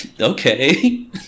okay